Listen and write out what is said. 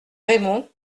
raymond